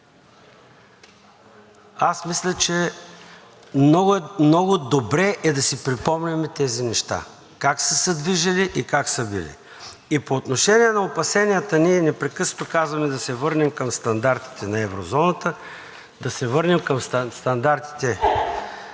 15. Мисля, че е много добре да си припомняме тези неща как са се движили и как са били. По отношение на опасенията ни – ние непрекъснато казваме: да се върнем към стандартите на еврозоната, да се върнем към стандартите